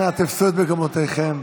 אנא תפסו את מקומותיכם.